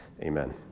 amen